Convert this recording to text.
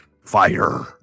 Fire